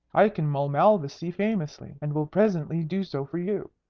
i can mull malvoisie famously, and will presently do so for you.